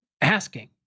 asking